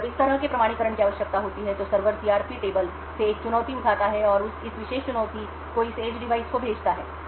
जब इस तरह के प्रमाणीकरण की आवश्यकता होती है तो सर्वर सीआरपी तालिका से एक चुनौती उठाता है और इस विशेष चुनौती को इस एज डिवाइस को भेजता है